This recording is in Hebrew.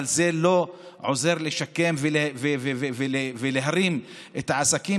אבל זה לא עוזר לשקם ולהרים את העסקים,